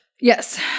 Yes